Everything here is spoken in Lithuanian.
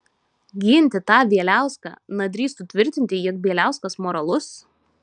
ginti tą bieliauską na drįstų tvirtinti jog bieliauskas moralus